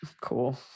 Cool